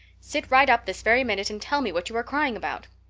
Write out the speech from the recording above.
sit right up this very minute and tell me what you are crying about.